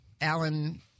Alan